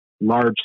large